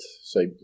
say